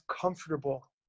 comfortable